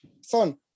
Son